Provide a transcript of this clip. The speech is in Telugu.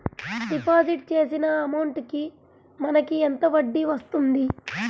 డిపాజిట్ చేసిన అమౌంట్ కి మనకి ఎంత వడ్డీ వస్తుంది?